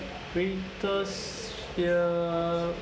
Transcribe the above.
greatest fear